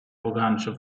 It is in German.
organische